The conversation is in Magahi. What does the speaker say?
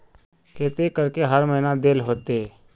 केते करके हर महीना देल होते?